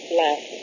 last